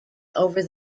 over